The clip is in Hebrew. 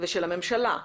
ושל הממשלה.